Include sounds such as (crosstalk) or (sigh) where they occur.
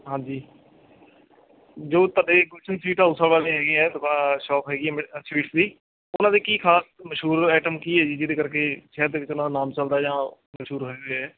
ਹਾਂਜੀ ਜੋ ਤੁਹਾਡੇ ਗੁਲਸ਼ਨ ਸਵੀਟ ਹਾਊਸ ਵਾਲੇ ਹੈਗੇ ਹੈ (unintelligible) ਸ਼ੋਪ ਹੈਗੀ ਹੈ (unintelligible) ਸਵੀਟ ਦੀ ਉਹਨਾਂ ਦੇ ਕੀ ਖ਼ਾਸ ਮਸ਼ਹੂਰ ਆਈਟਮ ਕੀ ਹੈ ਜੀ ਜਿਹਦੇ ਕਰਕੇ ਸ਼ਹਿਰ ਦੇ ਵਿੱਚ ਉਹਨਾਂ ਦਾ ਨਾਮ ਚਲਦਾ ਜਾਂ ਮਸ਼ਹੂਰ ਹੋਏ ਵੇ ਹੈ